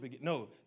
No